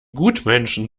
gutmenschen